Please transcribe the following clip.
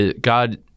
God